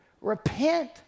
Repent